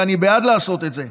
ואני בעד לעשות את זה,